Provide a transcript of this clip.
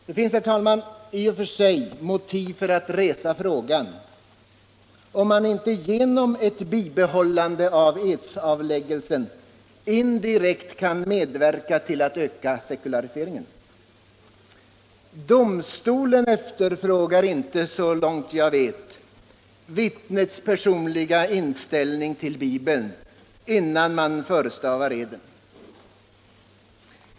Det finns, herr talman, i och för sig motiv för att resa frågan om inte ett bibehållande av edsavläggelsen indirekt medverkar till en ökad sekularisering. Domstolarna efterfrågar inte så långt jag vet vittnenas personliga inställning till Bibeln innan eden förestavas.